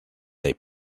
they